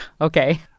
okay